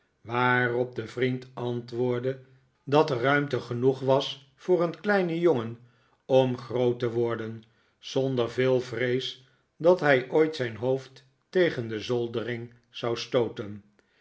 waarop de vriend antwoordde dat er ruimte genoeg was voor een kleinen jongen om groot te worden zonder veel vrees dat hij ooit zijn hoofd tegen de zoldering zou stooten